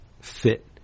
fit